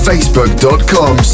Facebook.com